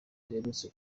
duherutse